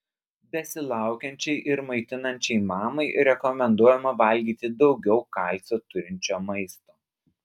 besilaukiančiai ir maitinančiai mamai rekomenduojama valgyti daugiau kalcio turinčio maisto